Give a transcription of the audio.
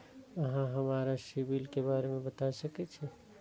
अहाँ हमरा सिबिल के बारे में बता सके छी?